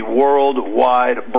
worldwide